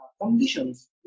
conditions